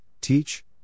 teach